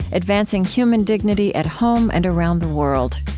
advancing human dignity at home and around the world.